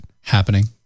happening